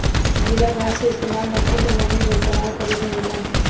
गीला घास क इस्तेमाल मट्टी क नमी बरकरार करे में होला